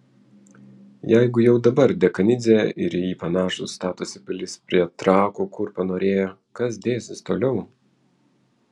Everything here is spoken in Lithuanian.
jeigu jau dabar dekanidzė ir į jį panašūs statosi pilis prie trakų kur panorėję kas dėsis toliau